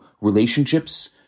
relationships